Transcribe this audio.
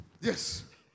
Yes